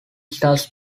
starts